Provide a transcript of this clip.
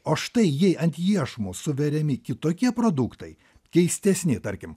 o štai jei ant iešmo suveriami kitokie produktai keistesni tarkim